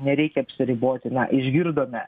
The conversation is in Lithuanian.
nereikia apsiriboti na išgirdome